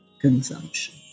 consumption